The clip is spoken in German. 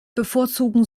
bevorzugen